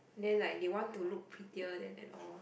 then like they want to look prettier then and all